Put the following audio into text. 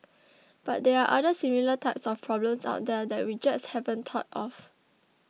but there are other similar type of problems out there that we just haven't thought of